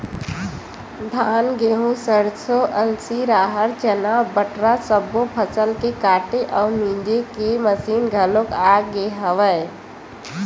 धान, गहूँ, सरसो, अलसी, राहर, चना, बटरा सब्बो फसल के काटे अउ मिजे के मसीन घलोक आ गे हवय